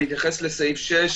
אני אתייחס לסעיף 6,